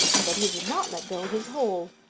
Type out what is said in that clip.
and that he would not let go his hold,